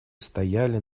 стояли